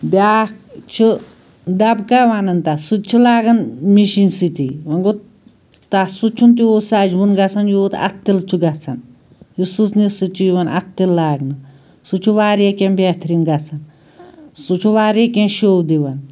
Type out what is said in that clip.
بیٛاکھ چھُ دَبکہ ونان تَتھ سُہ تہِ چھِ لاگان مِشیٖن سۭتی وۄنۍ گوٚو تَتھ سُہ چھُنہٕ تیٛوٗت سَجوُن گژھان یوٗت اَتھہٕ تِلہٕ چھُ گژھان یُس سٕژنہِ سۭتۍ چھُ یِوان اَتھہٕ تِلہٕ لاگنہٕ سُہ چھُ واریاہ کیٚنٛہہ بہتریٖن گژھان سُہ چھُ واریاہ کیٚنٛہہ شوٚو دِوان